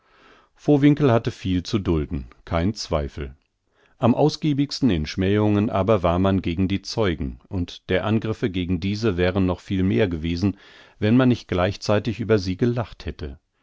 vowinkel hatte viel zu dulden kein zweifel am ausgiebigsten in schmähungen aber war man gegen die zeugen und der angriffe gegen diese wären noch viel mehr gewesen wenn man nicht gleichzeitig über sie gelacht hätte